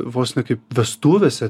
vos ne kaip vestuvėse